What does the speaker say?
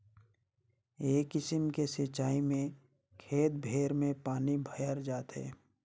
ए किसिम के सिचाई में खेत भेर में पानी भयर जाथे